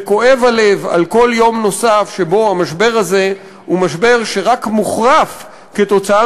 וכואב הלב על כל יום נוסף שבו המשבר הזה רק מוחרף כתוצאה